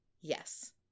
yes